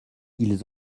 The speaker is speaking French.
ils